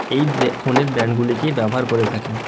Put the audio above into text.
এই ব্য ফোনের ব্র্যান্ডগুলিকেই ব্যবহার করে থাকি